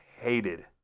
hated